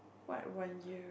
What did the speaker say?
what one year